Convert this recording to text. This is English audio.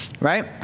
Right